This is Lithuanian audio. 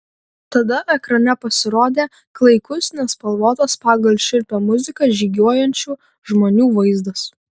tada ekrane pasirodė klaikus nespalvotas pagal šiurpią muziką žygiuojančių žmonių vaizdas